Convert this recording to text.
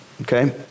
okay